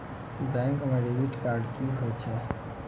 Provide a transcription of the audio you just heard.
Bank म debit card की होय छै?